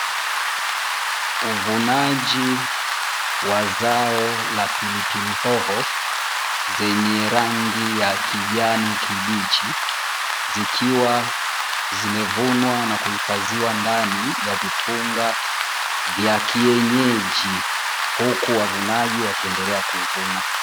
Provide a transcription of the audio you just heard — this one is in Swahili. Uvunaji wa zao la pilipili hoho zenye rangi ya kijani kibichi, zikiwa zimevunwa na kuhifadhiwa ndani ya vitunga vya kienyeji huku wavunaji wakiendelea kuvuna.